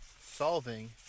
solving